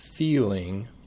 Feeling